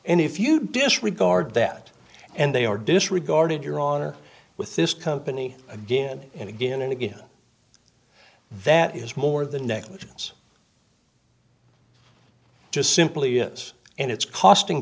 and if you disregard that and they are disregarded your honor with this company again and again and again that is more the next it's just simply is and it's costing